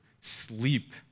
sleep